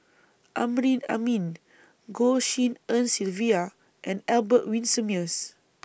Amrin Amin Goh Tshin En Sylvia and Albert Winsemius